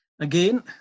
Again